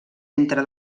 entre